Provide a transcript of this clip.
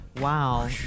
Wow